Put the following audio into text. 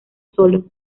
solo